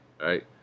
right